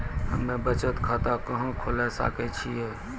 हम्मे बचत खाता कहां खोले सकै छियै?